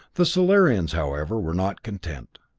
the solarians, however, were not content.